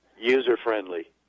user-friendly